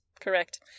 Correct